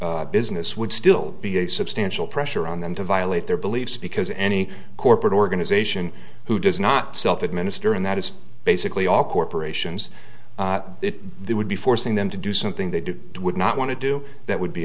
this business would still be a substantial pressure on them to violate their beliefs because any corporate organization who does not self administer and that is basically all corporations they would be forcing them to do something they do would not want to do that would be